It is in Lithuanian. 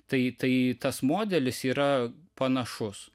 tai tai tas modelis yra panašus